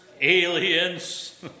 aliens